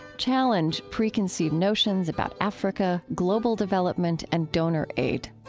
challenge preconceived notions about africa, global development, and donor aid.